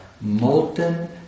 molten